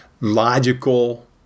logical